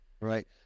Right